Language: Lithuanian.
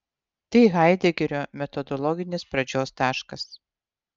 tai haidegerio metodologinis pradžios taškas